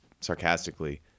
sarcastically